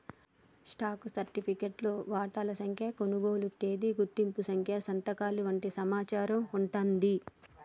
stock సర్టిఫికేట్లో వాటాల సంఖ్య, కొనుగోలు తేదీ, గుర్తింపు సంఖ్య సంతకాలు వంటి సమాచారం వుంటాంది